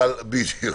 בדיוק,